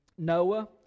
Noah